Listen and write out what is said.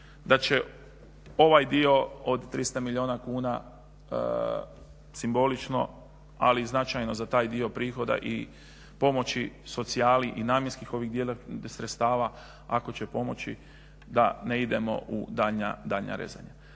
Da će ovaj dio od 300 milijuna kuna simbolično ali i značajno za taj dio prihoda i pomoći socijali i namjenskih ovih sredstava ako će pomoći da ne idemo u daljnja rezanja.